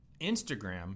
Instagram